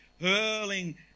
hurling